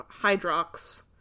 Hydrox